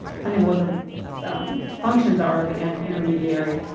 depending on what the functions are of the intermediary,